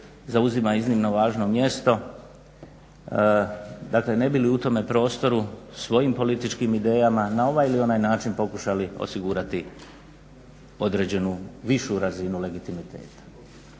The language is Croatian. zauzima iznimno važno mjesto, dakle ne bi li u tome prostoru svojim političkim idejama na ovaj ili onaj način pokušali osigurati određenu višu razinu legitimiteta.